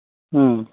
ᱦᱮᱸ